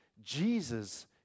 Jesus